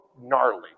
gnarly